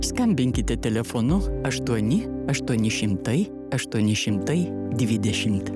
skambinkite telefonu aštuoni aštuoni šimtai aštuoni šimtai dvidešimt